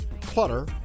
clutter